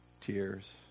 tears